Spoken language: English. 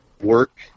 work